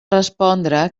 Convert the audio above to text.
respondre